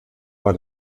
war